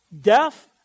Deaf